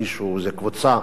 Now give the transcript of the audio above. מישהו זה קבוצה,